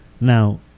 now